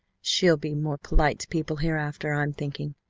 she'll be more polite to people hereafter, i'm thinking.